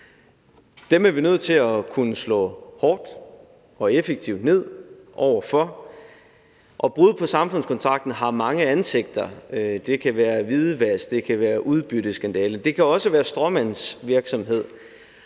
Dem er vi nødt til at kunne slå hårdt og effektivt ned over for. Brud på samfundskontrakten har mange ansigter. Det kan være hvidvask, det kan være